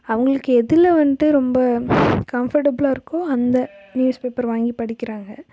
அவங்களுக்கு எதில் வந்துட்டு ரொம்ப கம்பர்டஃபுலாக இருக்கோ அந்த நியூஸ் பேப்பர் வாங்கி படிக்கிறாங்க